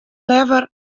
leaver